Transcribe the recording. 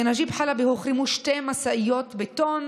לנג'יב חלבי הוחרמו שתי משאיות בטון